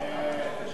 (איסור